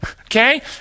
Okay